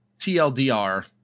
TLDR